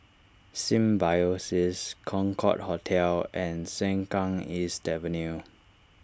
Symbiosis Concorde Hotel and Sengkang East Avenue